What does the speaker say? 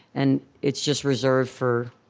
and it's just reserved for